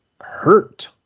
hurt